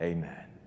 Amen